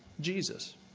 Jesus